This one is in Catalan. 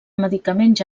medicaments